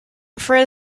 afraid